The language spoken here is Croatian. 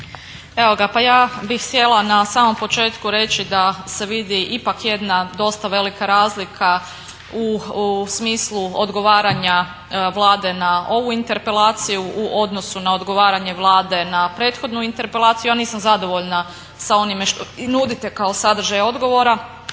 Evo ga pa ja bih htjela na samom početku reći da se vidi ipak jedna dosta velika razlika u smislu odgovaranja Vlade na ovu interpelaciju u odnosu na odgovaranje Vlade na prethodnu interpelaciju. Ja nisam zadovoljna sa onime što nudite kao sadržaj odgovora,